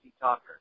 Talker